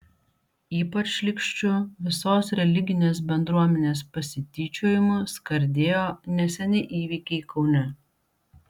ypač šlykščiu visos religinės bendruomenės pasityčiojimu skardėjo neseni įvykiai kaune